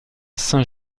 saint